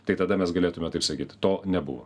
tik tada mes galėtume taip sakyt to nebuvo